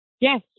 yes